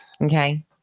Okay